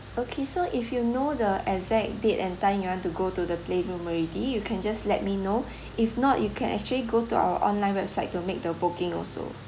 okay so if you know the exact date and time you want to go to the playroom already you can just let me know if not you can actually go to our online website to make the booking also